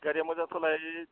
गारिया मोजां सलाय